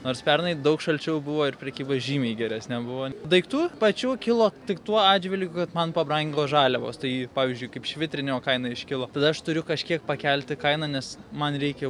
nors pernai daug šalčiau buvo ir prekyba žymiai geresnė buvo daiktų pačių kilo tik tuo atžvilgiu kad man pabrango žaliavos tai pavyzdžiui kaip švitrinio kaina iškilo tada aš turiu kažkiek pakelti kainą nes man reikia